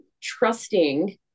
Trusting